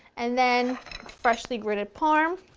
and then freshly grated parm.